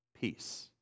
peace